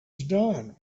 done